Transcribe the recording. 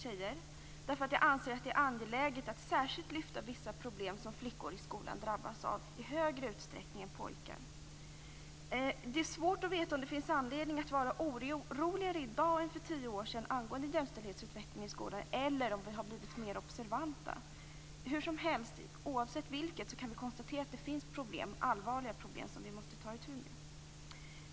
Jag anser att det är angeläget att särskilt lyfta fram vissa problem som flickor drabbas av i skolan i högre utsträckning än pojkar. Det är svårt att veta om det finns anledning att vara oroligare i dag än för 10 år sedan angående jämställdhetsutvecklingen i skolan eller om vi har blivit mer observanta. Hur som helst kan vi konstatera att det finns allvarliga problem som vi måste ta itu med.